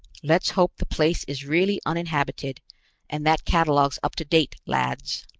let's hope the place is really uninhabited and that catalogue's up to date, lads.